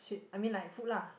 shit I mean like food lah